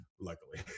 luckily